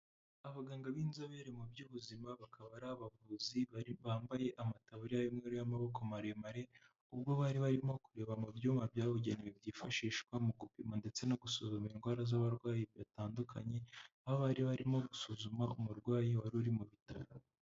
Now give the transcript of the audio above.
Abaganga b'inzobere mu by'ubuzima bakaba ari abavuzi bambaye amatabuririya y'umweru y'amaboko maremare, ubwo bari barimo kureba mu byuma byabugenewe byifashishwa mu gupima ndetse no gusuzuma indwara z'abarwayi batandukanye, aho bari barimo gusuzuma umurwayi wari uri mu bitaro.